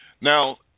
Now